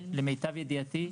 למיטב ידיעתי,